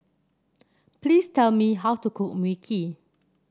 please tell me how to cook Mui Kee